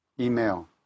email